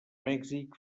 mèxic